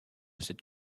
cette